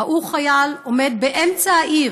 ראו חייל עומד באמצע העיר,